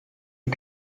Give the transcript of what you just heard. die